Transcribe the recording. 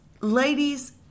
Ladies